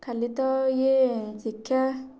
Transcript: ଖାଲି ତ ଇଏ ଶିକ୍ଷା